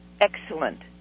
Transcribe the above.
excellent